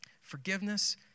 Forgiveness